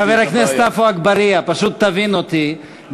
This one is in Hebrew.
חבר הכנסת עפו אגבאריה, פשוט תבין אותי.